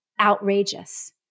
outrageous